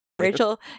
Rachel